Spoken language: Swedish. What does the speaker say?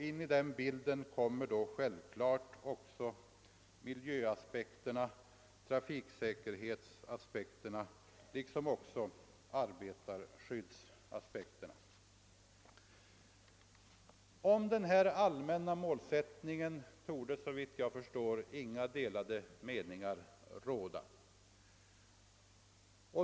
In i den bilden kommer då också självklart mil jöaspekterna, trafiksäkerhetsaspekterna och arbetarskyddsaspekterna. Om denna allmänna målsättning torde inga delade meningar råda.